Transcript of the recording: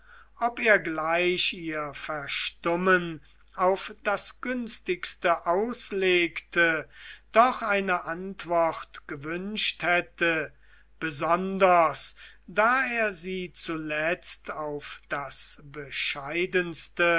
ob er gleich ihr verstummen auf das günstigste auslegte doch eine antwort gewünscht hätte besonders da er sie zuletzt auf das bescheidenste